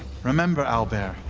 remember, owlbear,